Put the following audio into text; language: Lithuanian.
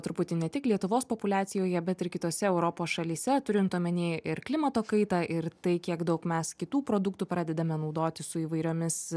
truputį ne tik lietuvos populiacijoje bet ir kitose europos šalyse turint omeny ir klimato kaitą ir tai kiek daug mes kitų produktų pradedame naudoti su įvairiomis